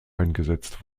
eingesetzt